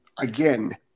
again